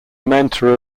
mentor